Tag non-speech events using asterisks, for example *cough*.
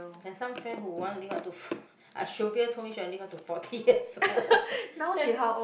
there are some friends who want to live up to *breath* Shovia told me she want to live up to forty years old